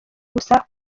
gusa